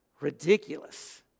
ridiculous